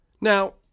Now